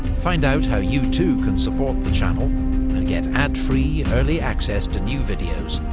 find out how you too can support the channel and get ad-free early access to new videos,